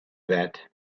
that